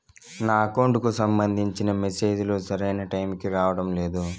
నా అకౌంట్ కు సంబంధించిన మెసేజ్ లు సరైన టైము కి రావడం లేదు